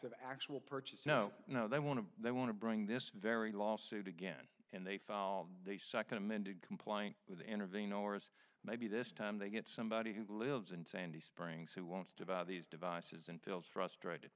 of actual purchase no no they want to they want to bring this very lawsuit again and they follow the second amended complaint with intervene ors maybe this time they get somebody who lives in sandy springs who wants to about these devices until frustrated